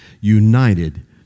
united